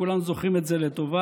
וכולנו זוכרים את זה לטובה,